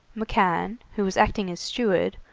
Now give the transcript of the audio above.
mccann, who was acting as steward,